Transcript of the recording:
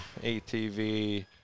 ATV